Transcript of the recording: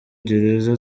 gereza